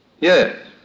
Yes